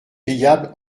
payable